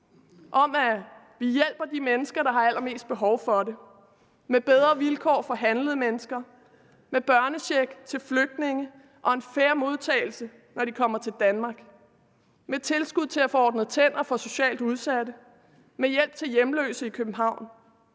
om, at vi hjælper de mennesker, der har allermest behov for det: med bedre vilkår for handlede mennesker, med børnecheck til flygtninge og en fair modtagelse, når de kommer til Danmark, med tilskud til at få ordnet tænder for socialt udsatte og med hjælp til hjemløse i København.